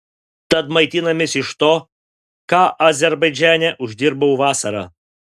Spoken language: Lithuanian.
tad maitinamės iš to ką azerbaidžane uždirbau vasarą